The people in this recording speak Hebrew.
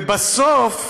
בסוף,